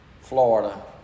Florida –